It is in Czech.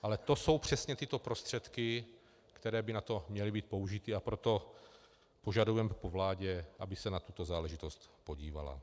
Ale to jsou přesně tyto prostředky, které by na to měly být použity, a proto požadujeme po vládě, aby se na tuto záležitost podívala.